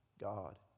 God